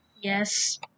Yes